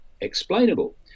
explainable